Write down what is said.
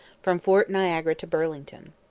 from fort niagara to burlington.